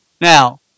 Now